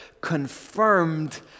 confirmed